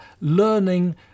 learning